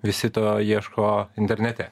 visi to ieško internete